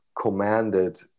commanded